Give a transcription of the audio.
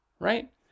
right